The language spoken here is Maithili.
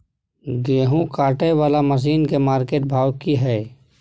गेहूं काटय वाला मसीन के मार्केट भाव की हय?